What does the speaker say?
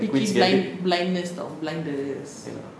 peaky blind blindness tahu blinders